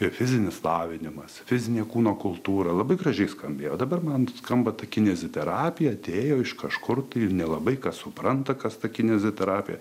ir fizinis lavinimas fizinė kūno kultūra labai gražiai skambėjo dabar man skamba ta kineziterapija atėjo iš kažkur tai nelabai kas supranta kas ta kineziterapija